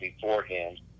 beforehand